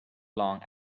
long